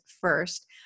first